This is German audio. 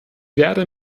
werde